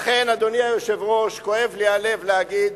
לכן, אדוני היושב-ראש, כואב לי הלב להגיד